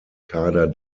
kader